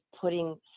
putting